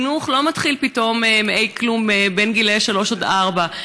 חינוך לא מתחיל פתאום מכלום בין גילאי שלוש עד ארבע.